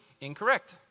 incorrect